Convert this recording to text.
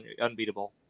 unbeatable